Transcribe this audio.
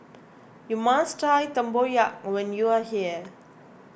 you must try Tempoyak when you are here